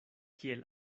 kiel